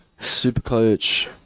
Supercoach